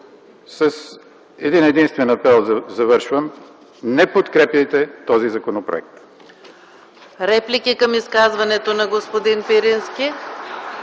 с един-единствен апел – не подкрепяйте този законопроект!